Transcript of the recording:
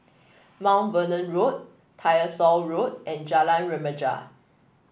Mount Vernon Road Tyersall Road and Jalan Remaja